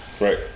Right